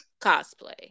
cosplay